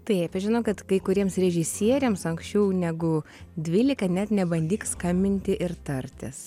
taip žinokit kai kuriems režisieriams anksčiau negu dvylika net nebandyk skambinti ir tartis